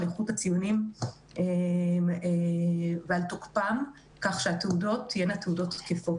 איכות הציונים ועל תוקפם כדי שהתעודות תהיינה תעודות תקפות.